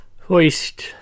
Hoist